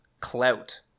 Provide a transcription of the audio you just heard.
clout